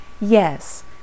Yes